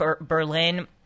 Berlin